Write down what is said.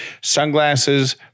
Sunglasses